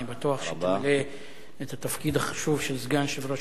אני בטוח שתמלא את התפקיד החשוב של סגן יושב-ראש